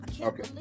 Okay